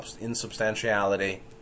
insubstantiality